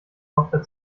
tochter